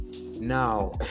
now